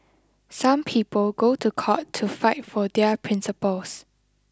some people go to court to fight for their principles